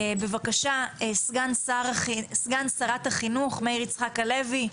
בבקשה סגן שרת החינוך מאיר יצחק הלוי,